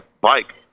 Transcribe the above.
bike